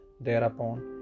thereupon